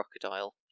crocodile